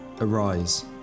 arise